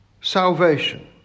salvation